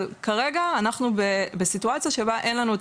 אבל כרגע אנחנו בסיטואציה שבו אין לנו את